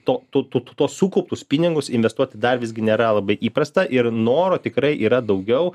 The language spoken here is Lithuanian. to tu tu tuos sukauptus pinigus investuoti dar visgi nėra labai įprasta ir noro tikrai yra daugiau